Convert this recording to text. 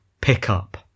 pickup